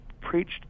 preached